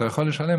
אתה יכול לשלם,